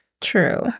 true